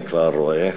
אני כבר רואה,